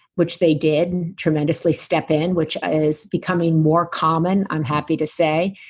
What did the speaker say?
which they did tremendously step in, which is becoming more common, i'm happy to say.